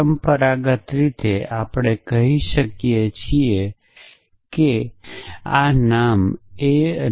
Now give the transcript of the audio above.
પરંપરાગત રીતે આપણે કહી શકીએ કે આપણે નામ એસ